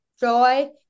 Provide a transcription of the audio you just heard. joy